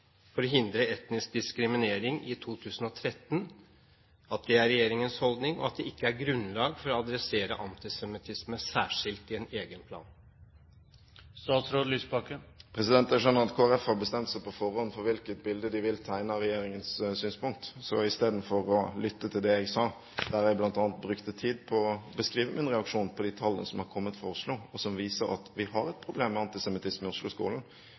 for å hindre etnisk diskriminering i 2013, og at det ikke er grunnlag for å adressere antisemittisme særskilt i en egen plan? Jeg skjønner at Kristelig Folkeparti har bestemt seg på forhånd for hvilket bilde de vil tegne av regjeringens synspunkt. Istedenfor å lytte til det jeg sa, der jeg bl.a. brukte tid på å beskrive min reaksjon på de tallene som har kommet fra Oslo, og som viser at vi har et problem med antisemittisme i